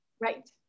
Right